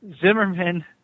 Zimmerman